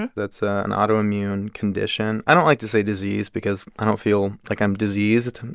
and that's ah an autoimmune condition. i don't like to say disease because i don't feel like i'm diseased.